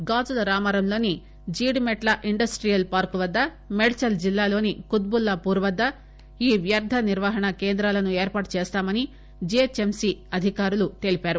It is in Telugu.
గాజుల రామారంలోని జీడిమెట్ల ఇండస్టియల్ పార్కు వద్ద మేడ్చల్ జిల్లాలోని కుత్బుల్లాపూర్ వద్ద ఈ వ్యర్థ నిర్వహణ కేంద్రాలను ఏర్పాటు చేస్తామని జీహెచ్ఎంసీ అధికారులు తెలిపారు